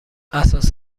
اساس